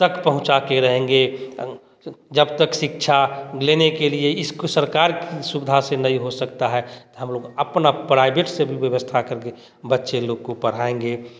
तक पहुँचा के रहेंगे जब तक शिक्षा लेने के लिए स्कूल सरकार की सुविधा से नहीं हो सकता हैं हम लोग अपना प्राइवेट से भी व्यवस्था करके बच्चे लोग को पढ़ाएँगे